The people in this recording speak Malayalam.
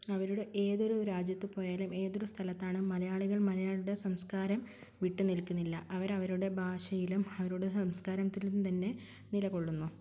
അവരുടെ ഏതൊരു രാജ്യത്ത് പോയാലും ഏതൊരു സ്ഥലത്താണ് മലയാളികൾ മലയാളികളുടെ സംസ്കാരം വിട്ടു നിൽക്കുന്നില്ല അവർ അവരുടെ ഭാഷയിലും അവരുടെ സംസ്കാരത്തിലും തന്നെ നിലകൊള്ളുന്നു